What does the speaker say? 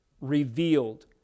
revealed